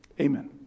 Amen